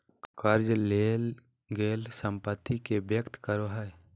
कर्ज लेल गेल संपत्ति के व्यक्त करो हइ